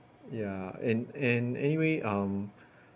ya and and anyway um